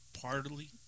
partly